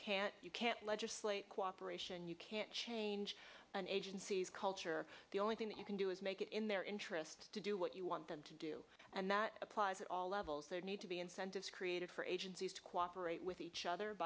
can't you can't legislate cooperation you can't change an agency's culture the only thing that you can do is make it in their interest to do what you want them to do and that applies at all levels there need to be incentives created for agencies to cooperate with each other